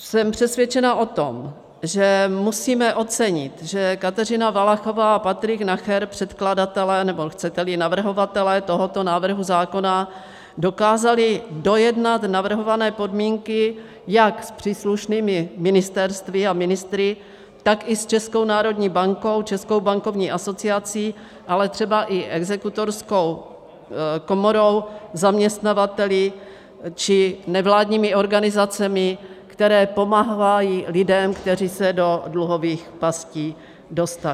Jsem přesvědčená o tom, že musíme ocenit, že Kateřina Valachová a Patrik Nacher, předkladatelé, nebo chceteli navrhovatelé tohoto návrhu zákona, dokázali dojednat navrhované podmínky jak s příslušnými ministerstvy a ministry, tak i s Českou národní bankou, s Českou bankovní asociací, ale třeba i Exekutorskou komorou, zaměstnavateli či nevládními organizacemi, které pomáhají lidem, kteří se do dluhových pastí dostali.